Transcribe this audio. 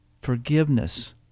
forgiveness